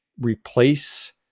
replace